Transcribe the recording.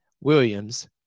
Williams